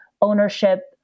ownership